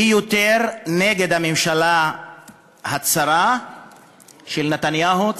היא יותר נגד הממשלה הצרה של נתניהו,